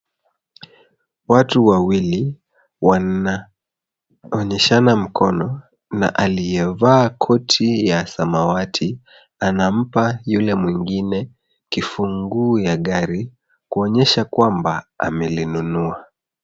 Watu wawili wanaonyeshana mkono na aliyevaa koti ya samawati anampa yule mwingine kifunguo ya gari kuonyesha kwamba amelinunua.